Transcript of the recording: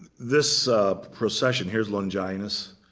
this procession here's longinus.